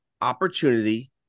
opportunity